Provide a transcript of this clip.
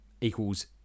equals